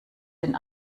den